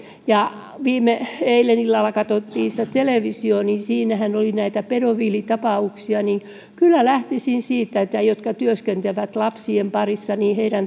ja rauhallinen eilen illalla katsottiin televisiota ja siinähän oli näitä pedofiilitapauksia joten kyllä lähtisin siitä että niiden jotka työskentelevät lapsien parissa